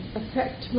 affect